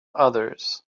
others